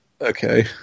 Okay